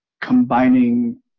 combining